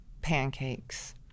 pancakes